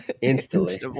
Instantly